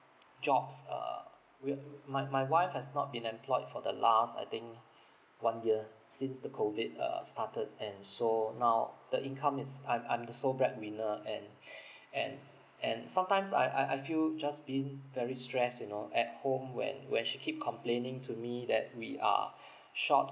jobs err we're my my wife has not been employed for the last I think one year since the COVID err started and so now the income is I'm I'm the sole breadwinner and and and sometimes I I I feel just being very stress you know at home when when she keep complaining to me that we are short